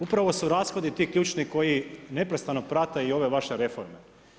Upravo su rashodi ti ključni koji neprestano prate i ove vaše reforme.